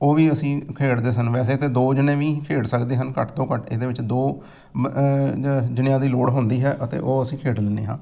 ਉਹ ਵੀ ਅਸੀਂ ਖੇਡਦੇ ਸਨ ਵੈਸੇ ਤਾਂ ਦੋ ਜਣੇ ਵੀ ਖੇਡ ਸਕਦੇ ਹਨ ਘੱਟ ਤੋਂ ਘੱਟ ਇਹਦੇ ਵਿੱਚ ਦੋ ਜਣਿਆਂ ਦੀ ਲੋੜ ਹੁੰਦੀ ਹੈ ਅਤੇ ਉਹ ਅਸੀਂ ਖੇਡ ਲੈਂਦੇ ਹਾਂ